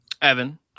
Evan